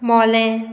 मोलें